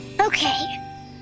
Okay